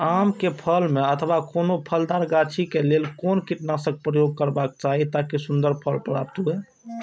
आम क फल में अथवा कोनो फलदार गाछि क लेल कोन कीटनाशक प्रयोग करबाक चाही ताकि सुन्दर फल प्राप्त हुऐ?